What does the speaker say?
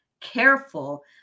careful